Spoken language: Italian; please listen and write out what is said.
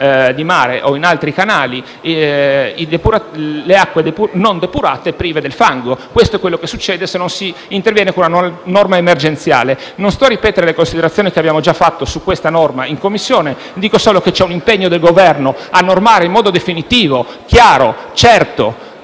di mare, o in altri canali le acque depurate prive del fango. Questo è quanto succede se non si interviene con la nuova norma emergenziale. Io non sto a ripetere le considerazioni che abbiamo già fatto su questa norma in Commissione. Dico solo che c’è un impegno del Governo a normare in modo definitivo, chiaro e certo